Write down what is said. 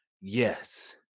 Yes